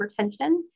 hypertension